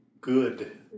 good